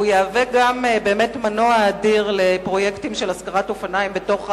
הוא יהווה גם מנוע אדיר לפרויקטים של השכרת אופניים בתוך הערים.